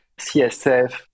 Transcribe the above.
CSF